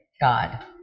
God